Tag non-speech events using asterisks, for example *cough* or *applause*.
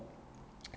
*noise*